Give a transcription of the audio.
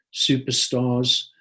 superstars